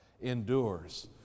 endures